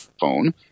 phone